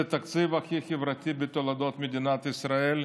זה התקציב הכי חברתי בתולדות מדינת ישראל,